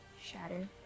shatter